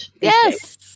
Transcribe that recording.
yes